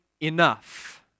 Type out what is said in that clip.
enough